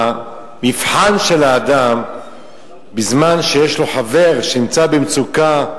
המבחן של האדם בזמן שיש לו חבר שנמצא במצוקה,